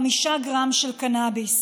חמשיה גרם של קנביס,